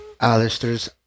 Alistair's